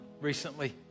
recently